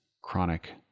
chronic